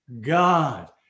God